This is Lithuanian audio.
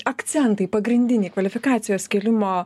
akcentai pagrindiniai kvalifikacijos kėlimo